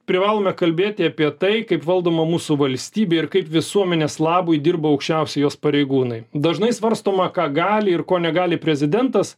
privalome kalbėti apie tai kaip valdoma mūsų valstybė ir kaip visuomenės labui dirba aukščiausi jos pareigūnai dažnai svarstoma ką gali ir ko negali prezidentas